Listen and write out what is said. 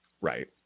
right